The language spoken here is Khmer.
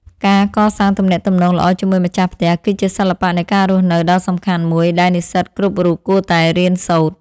ការកសាងទំនាក់ទំនងល្អជាមួយម្ចាស់ផ្ទះ គឺជាសិល្បៈនៃការរស់នៅដ៏សំខាន់មួយដែលនិស្សិតគ្រប់រូបគួរតែរៀនសូត្រ។